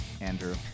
Andrew